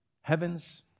Heavens